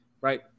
Right